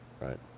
right